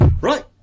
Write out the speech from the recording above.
Right